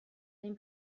این